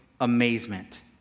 amazement